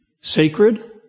sacred